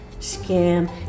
scam